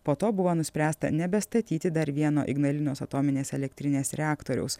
po to buvo nuspręsta nebestatyti dar vieno ignalinos atominės elektrinės reaktoriaus